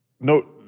no